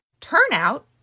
turnout